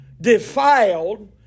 defiled